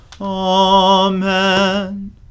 Amen